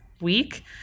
week